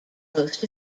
most